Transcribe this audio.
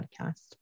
podcast